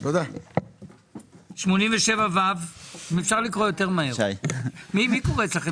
87ו. קראנו את